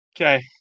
Okay